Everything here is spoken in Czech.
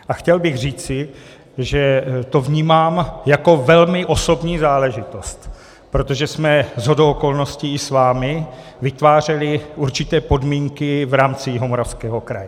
A chtěl bych říci, že to vnímám jako velmi osobní záležitosti, protože jsme shodou okolností s vámi vytvářeli určité podmínky v rámci Jihomoravského kraje.